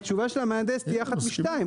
התשובה של המהנדס תהיה אחת משתיים.